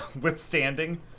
withstanding